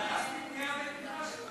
בית-מדרש?